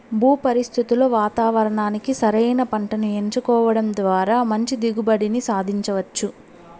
భూ పరిస్థితులు వాతావరణానికి సరైన పంటను ఎంచుకోవడం ద్వారా మంచి దిగుబడిని సాధించవచ్చు